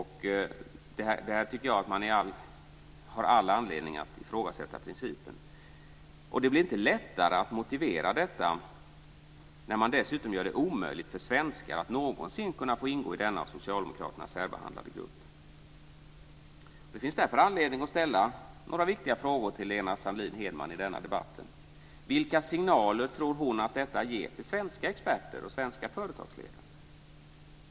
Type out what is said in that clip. Här tycker jag att man har all anledning att ifrågasätta principen. Det blir inte lättare att motivera detta när man dessutom gör det omöjligt för svenskar att någonsin kunna få ingå i denna av socialdemokraterna särbehandlade grupp. Det finns därför anledning att ställa några viktiga frågor till Lena Sandlin-Hedman i denna debatt. Vilka signaler tror hon att detta ger till svenska experter och svenska företagsledare?